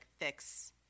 fix